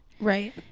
Right